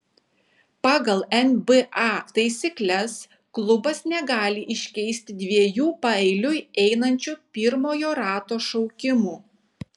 pagal nba taisykles klubas negali iškeisti dviejų paeiliui einančių pirmojo rato šaukimų